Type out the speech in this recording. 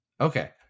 okay